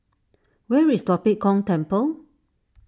where is Tua Pek Kong Temple